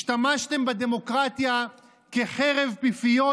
השתמשתם בדמוקרטיה כחרב פיפיות